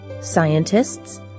scientists